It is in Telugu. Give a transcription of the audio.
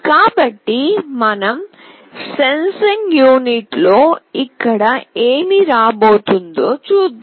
కాబట్టి మన సెన్సింగ్ యూనిట్లో ఇక్కడ ఏమి రాబోతుందో చూద్దాం